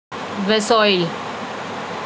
visual